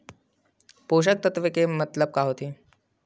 पोषक तत्व के मतलब का होथे?